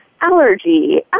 allergy